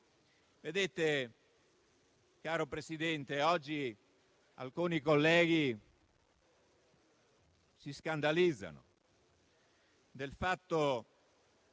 Caro Presidente, oggi alcuni colleghi si scandalizzano del fatto che